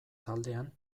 taldean